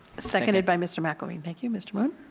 seconded by mr. mcelveen. thank you, mr. moon.